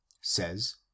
says